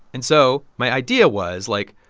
and so my idea was, like,